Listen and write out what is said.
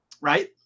right